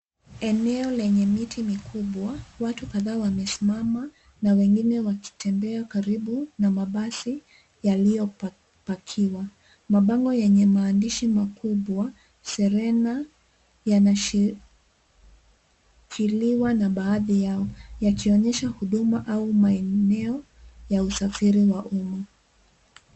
Eneo lenye miti mikubwa. Watu kadhaa wamesimama na wengine wakitembea karibu na mabasi yaliyopakiwa. Mabango yenye maandishi makubwa Serena yanashikiliwa na baadhi yao yakionyesha huduma au maeneo ya usafiri wa umma.